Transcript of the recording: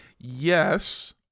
Yes